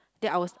then I was